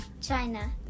China